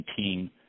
2019